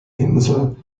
insel